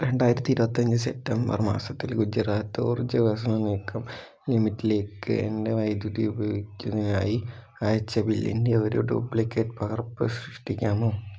രണ്ടായിരത്തി ഇരുപത്തി അഞ്ച് സെറ്റംബർ മാസത്തിൽ ഗുജറാത്ത് ഊർജ വികാസ് നിഗം ലിമിറ്റിലേക്ക് എൻ്റെ വൈദ്യുതി ഉപയോഗിക്കുന്നതിനായി അയച്ച ബില്ലിൻ്റെ ഒരു ഡ്യൂപ്ലിക്കേറ്റ് പകർപ്പ് സൃഷ്ടിക്കാമോ